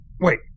Wait